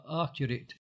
accurate